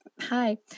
Hi